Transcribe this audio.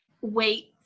wait